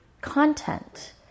content